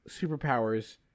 superpowers